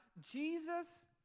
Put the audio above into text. Jesus